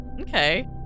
Okay